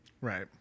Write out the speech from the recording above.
Right